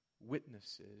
witnesses